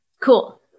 Cool